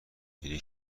گریه